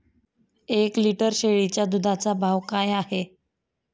एक लिटर शेळीच्या दुधाचा भाव काय आहे?